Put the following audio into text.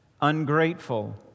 ungrateful